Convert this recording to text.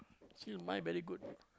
still mind very good